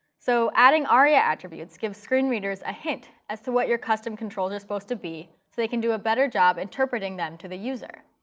so adding aria attributes gives screen readers a hint as to what your custom controls are supposed to be, so they can do a better job interpreting them to the user.